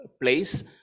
place